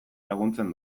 laguntzen